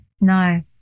no